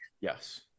Yes